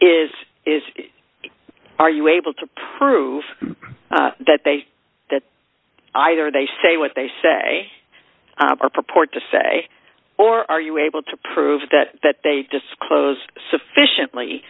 is is are you able to prove that they that either they say what they say or purport to say or are you able to prove that that they disclose sufficiently